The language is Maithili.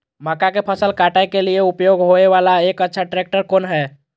मक्का के फसल काटय के लिए उपयोग होय वाला एक अच्छा ट्रैक्टर कोन हय?